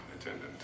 attendant